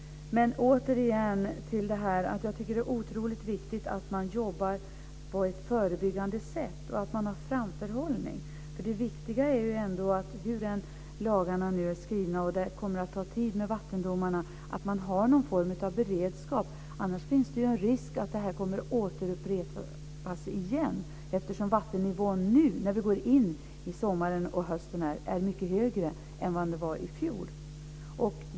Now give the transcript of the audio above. Det är otroligt viktigt att man jobbar på ett förebyggande sätt och att det finns en framförhållning. Hur än lagarna är skrivna, och med tanke på att det kommer att ta tid i fråga om vattendomarna, är det viktigt att det finns någon form av beredskap. Annars finns det en risk att detta kommer att återupprepas igen. Vattennivån nu när vi går in i sommaren och hösten är högre än i fjol.